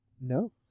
No